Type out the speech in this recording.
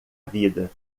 vida